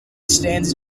stands